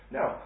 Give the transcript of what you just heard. Now